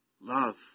love